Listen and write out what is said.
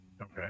Okay